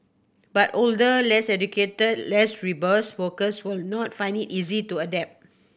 but older less educated less robust workers will not find it easy to adapt